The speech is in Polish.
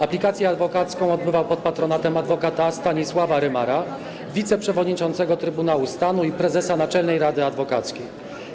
Aplikację adwokacką odbywał pod patronatem adwokata Stanisława Rymara, wiceprzewodniczącego Trybunału Stanu i prezesa Naczelnej Rady Adwokackiej.